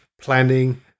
Planning